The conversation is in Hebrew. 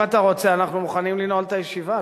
אם אתה רוצה, אנחנו מוכנים לנעול את הישיבה.